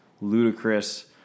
ludicrous